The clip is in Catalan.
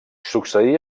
succeí